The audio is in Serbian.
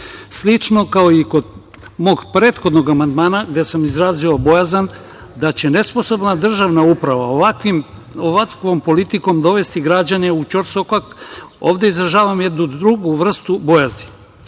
kao i kod mog prethodnom amandmana gde sam izrazio bojazan da će nesposobna državna uprava ovakvom politikom dovesti građane u ćorsokak ovde izražavam jednu drugu vrstu bojazni.